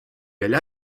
allà